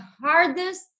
hardest